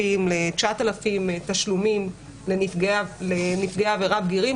ל-9,000 תשלומים לנפגעי עבירה בגירים,